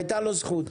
היתה לו זכות.